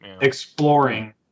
exploring